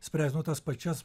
spręst nu tas pačias